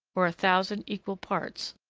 or a thousand, equal parts,